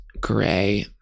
gray